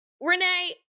Renee